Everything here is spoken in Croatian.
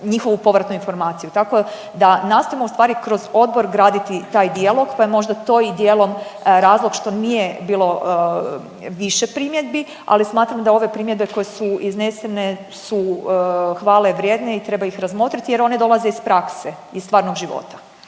njihovu povratnu informaciju, tako da nastojimo ustvari kroz odbor graditi taj dijalog, pa je možda to i dijelom razlog što nije bilo više primjedbi, ali smatram da ove primjedbe koje su iznesene su hvale vrijedne i treba ih razmotrit jer one dolaze iz prakse, iz stvarnog života.